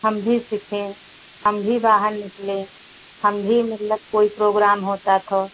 हम भी सीखें हम भी बाहर निकलें हम भी मतलब कोई प्रोग्राम होता था